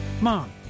Mom